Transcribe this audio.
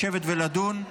לשבת ולדון.